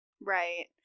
right